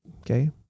okay